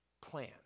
plan